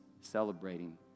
celebrating